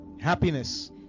happiness